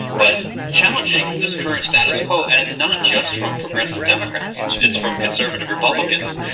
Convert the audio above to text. but challenging the current status quo and it's not just from progressive democrats it's it's from conservative republicans.